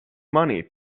money